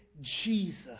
Jesus